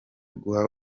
guha